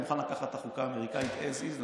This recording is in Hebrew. אני מוכן לקחת את החוקה האמריקאית as is,